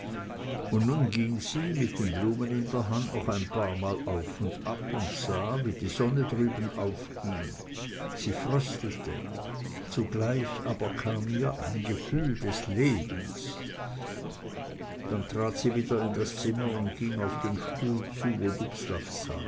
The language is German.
und nun ging sie mit den blumen in der hand noch ein paarmal auf und ab und sah wie die sonne drüben aufstieg sie fröstelte zugleich aber kam ihr ein gefühl des lebens dann trat sie wieder in das zimmer und ging auf den stuhl zu wo